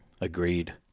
Agreed